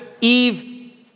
Eve